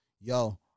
yo